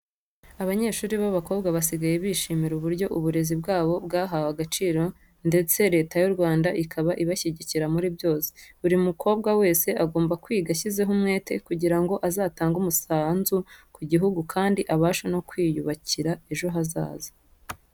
Abanyeshuri b'abakobwa basigaye bishimira uburyo uburezi bwabo bwahawe agaciro ndetse Leta y'u Rwanda ikaba ibashyigikira muri byose. Buri mukobwa wese agomba kwiga ashyizeho umwete kugira ngo azatange umusanzu ku gihugu kandi abashe no kwiyubakira ejo hazaza.